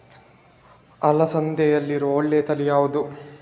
ಅಲಸಂದೆಯಲ್ಲಿರುವ ಒಳ್ಳೆಯ ತಳಿ ಯಾವ್ದು?